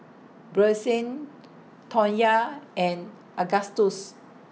Brycen Tonya and Agustus